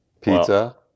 pizza